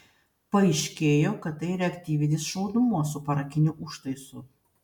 paaiškėjo kad tai reaktyvinis šaudmuo su parakiniu užtaisu